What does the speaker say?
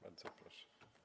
Bardzo proszę.